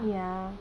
ya